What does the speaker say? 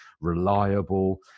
reliable